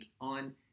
on